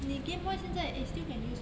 你 gameboy 现在 eh still can use or not